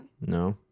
No